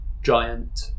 giant